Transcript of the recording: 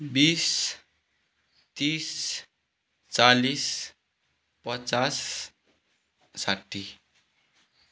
बिस तिस चालीस पचास साठी